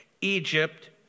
Egypt